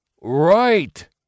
Right